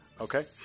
Okay